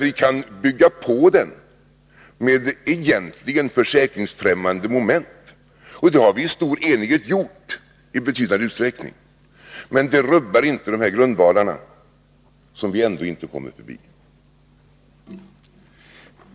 Vi kan bygga på den med egentligen försäkringsfrämmande moment, och det har vi i stor enighet gjort i betydande utsträckning. Men det rubbar inte de grundvalar som vi ändå inte kommer förbi.